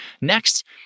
Next